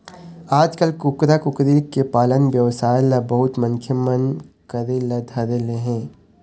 आजकाल कुकरा, कुकरी के पालन बेवसाय ल बहुत मनखे मन करे ल धर ले हे